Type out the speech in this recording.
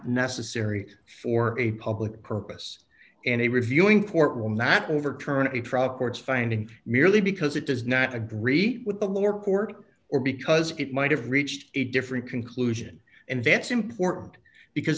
necessary for a public purpose and a reviewing court will not overturn a truck court's finding merely because it does not agree with the lower court or because it might have reached a different conclusion and that's important because